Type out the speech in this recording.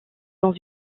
dans